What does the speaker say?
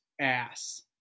ass